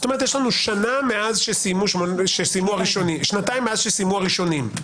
כלומר שנתיים מאז שסיימו הראשונים.